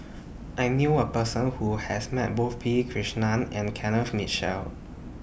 I knew A Person Who has Met Both P Krishnan and Kenneth Mitchell